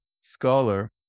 scholar